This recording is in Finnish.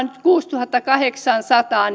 nyt kuusituhattakahdeksansataa